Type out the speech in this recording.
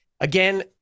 again